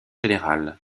général